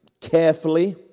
carefully